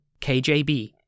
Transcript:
KJB